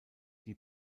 die